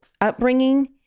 upbringing